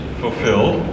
fulfilled